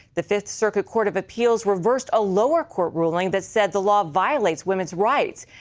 the fifth circuit court of appeals reversed a lower court ruling that says the law violates women's rights.